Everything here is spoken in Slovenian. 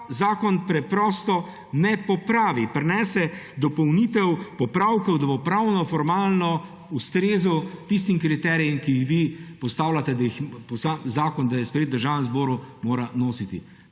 zakon preprosto ne popravi, prinese dopolnitev popravkov, da bo pravnoformalno ustrezal tistim kriterijem, ki jih vi postavljate, da jih zakon, sprejet v Državnem zboru, mora nositi.